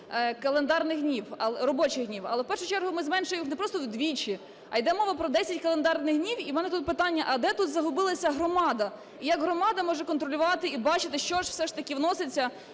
календарних днів, робочих днів. Але в першу чергу ми зменшуємо не просто вдвічі, а йде мова про 10 календарних днів. І у мене тут питання: а де тут загубилася громада, як громада може контролювати і бачити, що ж все ж таки вноситься,